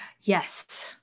Yes